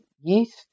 youth